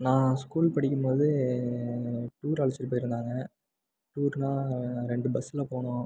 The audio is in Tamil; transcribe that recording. நான் ஸ்கூல் படிக்கும்போது டூர் அழைச்சிட்டு போயிருந்தாங்க டூர்னால் ரெண்டு பஸ்ஸில் போனோம்